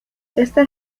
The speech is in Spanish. este